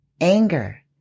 anger